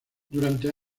durante